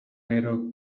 gero